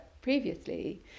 previously